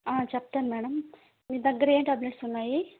చెప్తాను మేడమ్ మీ దగ్గర ఏం ట్యాబ్లెట్స్ ఉన్నాయి